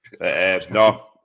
No